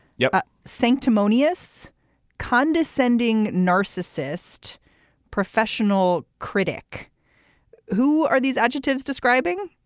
yeah. sanctimonious condescending narcissist professional critic who are these adjectives describing